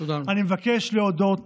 אני מבקש להודות